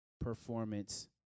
performance